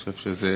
אני חושב שזה